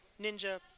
ninja